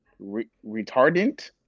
Retardant